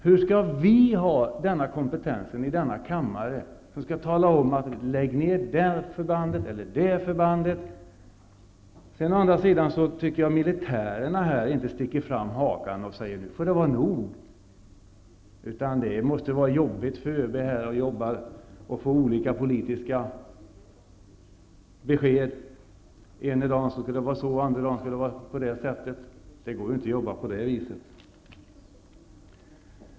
Hur skall vi i denna kammare kunna ha kompetensen att tala om att det eller det förbandet skall läggas ner? Å andra sidan tycker jag att det är konstigt att militärerna inte sticker fram hakan och säger att det nu får vara nog. Det måste vara jobbigt för ÖB att få olika politiska besked. Ena dagen skall det vara si och andra dagen skall det vara så. Det går inte att jobba på det viset.